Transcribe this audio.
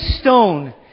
stone